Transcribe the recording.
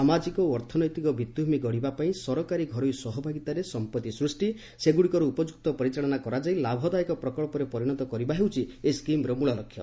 ସାମାଜିକ ଓ ଅର୍ଥନୈତିକ ଭିଭିଭମି ଗଢ଼ିବା ପାଇଁ ସରକାରୀ ଘରୋଇ ସହଭାଗିତାରେ ସମ୍ପତ୍ତି ସୃଷ୍ଟି ସେଗୁଡ଼ିକର ଉପଯୁକ୍ତ ପରିଚାଳନା କରାଯାଇ ଲାଭଦାୟକ ପ୍ରକଳ୍ପରେ ପରିଣତ କରିବା ହେଉଛି ଏହି ସ୍କିମ୍ର ମୂଳ ଲକ୍ଷ୍ୟ